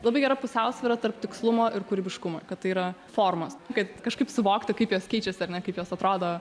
labai gera pusiausvyra tarp tikslumo ir kūrybiškumo kad tai yra formos kaip kažkaip suvokti kaip jos keičiasi ar ne kaip jos atrodo